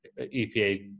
EPA